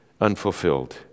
unfulfilled